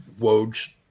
Woj